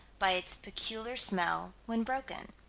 by its peculiar smell when broken.